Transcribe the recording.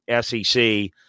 sec